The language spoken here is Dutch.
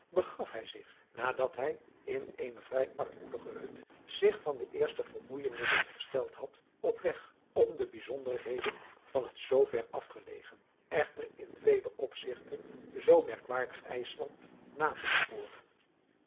hij zich nadat hij in eene vrij armoedige hut zich van de eerste vermoeijenissen hersteld had op weg om de bijzonderheden van het zoo ver afgelegen echter in vele opzigten zoo merkwaardig ijsland na te sporen